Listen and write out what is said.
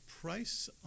price